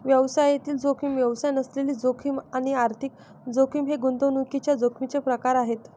व्यवसायातील जोखीम, व्यवसाय नसलेली जोखीम आणि आर्थिक जोखीम हे गुंतवणुकीच्या जोखमीचे प्रकार आहेत